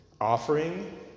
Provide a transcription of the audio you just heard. offering